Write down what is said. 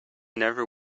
never